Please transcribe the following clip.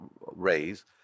raise